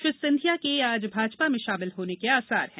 श्री सिंधिया के आज भाजपा में शामिल होने के आसार हैं